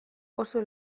oso